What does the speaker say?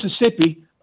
Mississippi –